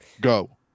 Go